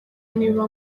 nibiba